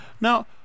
Now